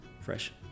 fresh